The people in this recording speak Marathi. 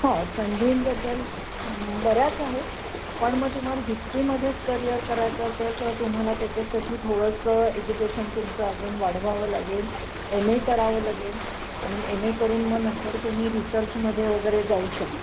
हो संधींबद्दल बऱ्याच आहेत पण मग तुम्हाला हिस्ट्रीमध्येच करिअर करायचं असेल तर तुम्हाला त्याच्यासाठी थोडंसं एज्युकेशन तुमचं अजून वाढवावं लागेल एम ए करावं लागेल आणि एम ए करून मग नंतर तुम्ही रिसर्चमध्ये वगैरे जाऊ शकता